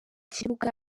kibuga